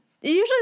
usually